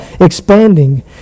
expanding